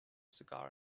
cigar